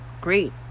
great